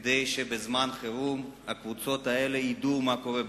כדי שבזמן חירום הקבוצות האלה ידעו מה קורה.